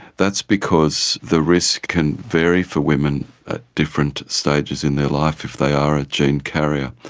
that's because the risk can vary for women at different stages in their life if they are a gene carrier.